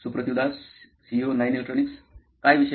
Suprativ Das CTO नॉइन electronics काय विषय